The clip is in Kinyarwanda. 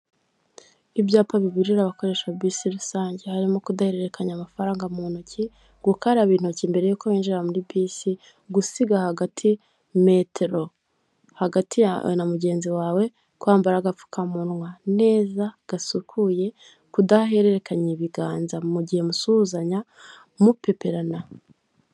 Ibyapa biburira abakoresha bisi rusange harimo kudahererekanya amafaranga mu ntoki, gukaraba intoki mbere yuko wjira muri bisi, gusiga hagati metero hagati yawe na mugenzi wawe, kwambara agapfukamunwa neza gasukuye, kudahererekanya ibiganza mugihe musuhuzanya mupeperana.